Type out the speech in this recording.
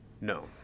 no